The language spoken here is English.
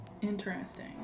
Interesting